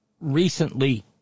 recently